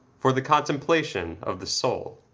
for the contemplation of the soul.